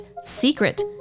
secret